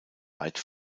weit